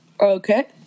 Okay